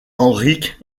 henrik